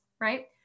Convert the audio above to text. right